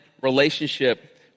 relationship